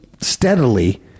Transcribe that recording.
steadily